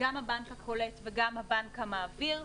גם הבנק הקולט וגם הבנק המעביר,